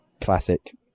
classic